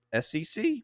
SEC